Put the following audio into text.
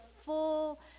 full